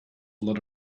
lot